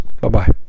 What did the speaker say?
Bye-bye